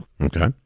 Okay